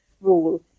rule